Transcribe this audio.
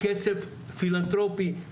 כסף פילנתרופי,